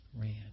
ran